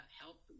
help